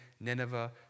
Nineveh